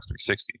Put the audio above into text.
360